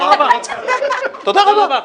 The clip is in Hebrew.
תודה רבה.